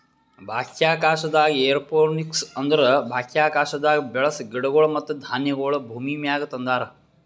ಬಾಹ್ಯಾಕಾಶದಾಗ್ ಏರೋಪೋನಿಕ್ಸ್ ಅಂದುರ್ ಬಾಹ್ಯಾಕಾಶದಾಗ್ ಬೆಳಸ ಗಿಡಗೊಳ್ ಮತ್ತ ಧಾನ್ಯಗೊಳ್ ಭೂಮಿಮ್ಯಾಗ ತಂದಾರ್